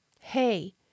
Hey